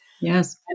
Yes